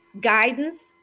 guidance